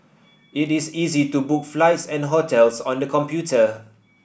it is easy to book flights and hotels on the computer